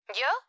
yo